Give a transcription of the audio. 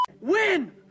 Win